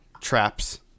traps